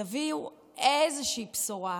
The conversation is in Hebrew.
תביאו איזושהי בשורה,